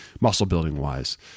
muscle-building-wise